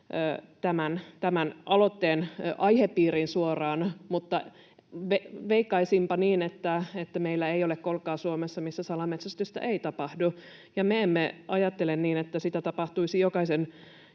tämän aloitteen aihepiiriin suoraan, mutta veikkaisinpa niin, että meillä ei ole kolkkaa Suomessa, missä salametsästystä ei tapahdu. Ja me emme ajattele niin, että sitä tapahtuisi jokaisessa